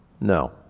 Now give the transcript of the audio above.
No